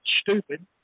stupid